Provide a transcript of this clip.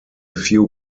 few